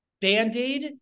Band-aid